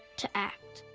to act.